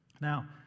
Now